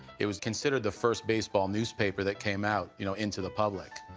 it was considered the first baseball newspaper that came out you know into the public.